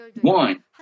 one